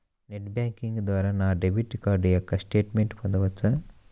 Net banking ద్వారా నా debit card యొక్క స్టేట్మెంట్ పొందవచ్చా?